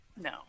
No